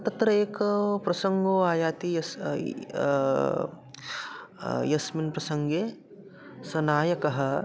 तत्र एक प्रसङ्गो आयाति यस् यस्मिन् प्रसङ्गे सः नायकः